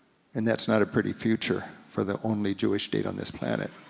and that's not a pretty future for the only jewish state on this planet.